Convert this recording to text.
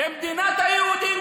במדינת היהודים,